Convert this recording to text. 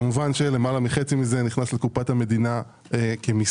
כמובן למעלה מחצי מזה נכנס לקופת המדינה כמיסים.